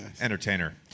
entertainer